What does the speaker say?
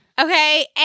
Okay